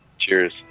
Cheers